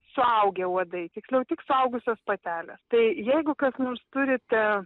suaugę uodai tiksliau tik suaugusios patelės tai jeigu kas nors turite